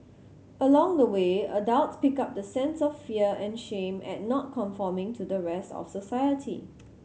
along the way adults pick up the sense of fear and shame at not conforming to the rest of society